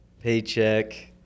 paycheck